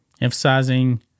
Emphasizing